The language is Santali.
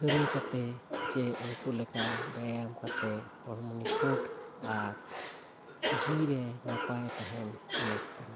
ᱠᱟᱹᱢᱤ ᱠᱟᱛᱮ ᱥᱮ ᱩᱱᱠᱩ ᱞᱮᱠᱟ ᱵᱮᱭᱟᱢ ᱠᱟᱛᱮ ᱦᱚᱲᱢᱚ ᱱᱤᱯᱷᱩᱴ ᱟᱨ ᱡᱤᱣᱤ ᱨᱮ ᱱᱟᱯᱟᱭ ᱛᱟᱦᱮᱱ ᱞᱮᱠ ᱠᱟᱱᱟ